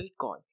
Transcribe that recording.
bitcoin